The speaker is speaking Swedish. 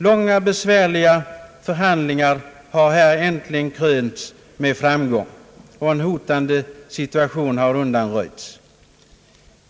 Långa besvärliga förhandlingar har här äntligen krönts med framgång, och en hotande situation har undanröjts.